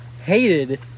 hated